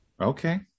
Okay